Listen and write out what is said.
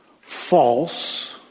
false